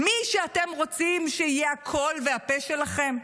מי שאתם רוצים שיהיה הקול והפה שלכם,